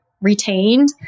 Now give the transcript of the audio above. retained